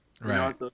right